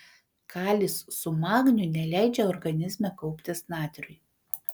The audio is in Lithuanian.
kalis su magniu neleidžia organizme kauptis natriui